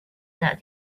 that